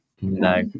No